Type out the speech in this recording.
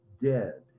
dead